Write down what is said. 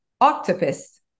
Octopus